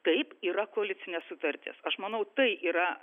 taip yra koalicinė sutartis aš manau tai yra